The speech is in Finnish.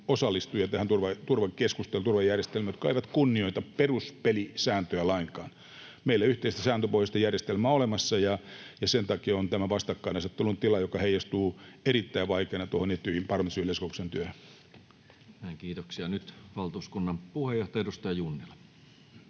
meillä on tässä turvakeskustelussa, turvajärjestelmässä osallistujia, jotka eivät kunnioita peruspelisääntöjä lainkaan. Meillä ei ole yhteistä sääntöpohjaista järjestelmää olemassa, ja sen takia on tämä vastakkainasettelun tila, joka heijastuu erittäin vaikeana tuohon Etyjin parlamentaarisen yleiskokouksen työhön. Näin, kiitoksia. — Nyt valtuuskunnan puheenjohtaja, edustaja Junnila.